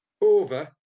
over